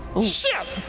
shit,